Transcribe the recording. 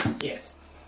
yes